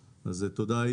שלו,